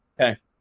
Okay